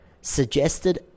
suggested